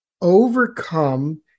overcome